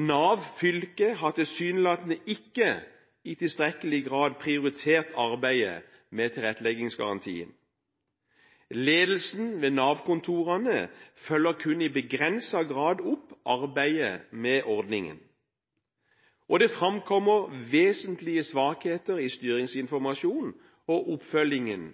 Nav Fylke har tilsynelatende ikke i tilstrekkelig grad prioritert arbeidet med tilretteleggingsgarantien. Ledelsen ved Nav-kontorene følger kun i begrenset grad opp arbeidet med ordningen, og det framkommer vesentlige svakheter i styringsinformasjonen og oppfølgingen